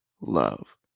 love